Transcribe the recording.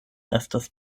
estas